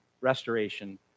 restoration